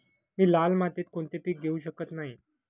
मी लाल मातीत कोणते पीक घेवू शकत नाही?